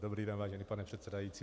Dobrý den, vážený pane předsedající.